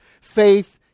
Faith